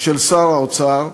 של שר האוצר.